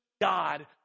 God